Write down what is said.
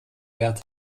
wert